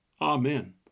Amen